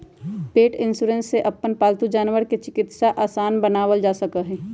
पेट insurance से अपन पालतू जानवर के चिकित्सा आसान बनावल जा सका हई